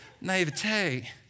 Naivete